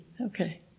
Okay